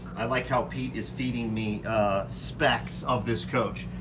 i like how pete is feeding me specs of this coach.